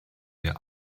der